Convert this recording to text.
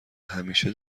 همیشه